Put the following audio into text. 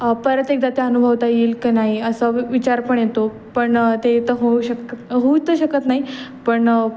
परत एकदा त्या अनुभवता येईल का नाही असं विचार पण येतो पण ते तर होऊ शक होऊ तर शकत नाही पण